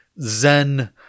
zen